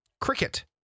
Cricket